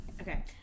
okay